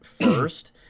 first